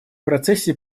процессе